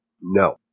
No